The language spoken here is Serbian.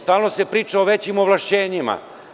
Stalno se priča o većim ovlašćenjima.